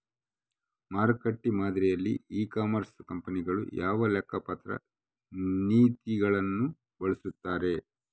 ಮಾರುಕಟ್ಟೆ ಮಾದರಿಯಲ್ಲಿ e commerce ಕಂಪನಿಗಳು ಯಾವ ಲೆಕ್ಕಪತ್ರ ನೇತಿಗಳನ್ನು ಬಳಸುತ್ತಾರೆ?